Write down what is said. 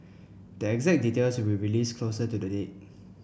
the exact details will be released closer to the date